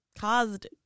caused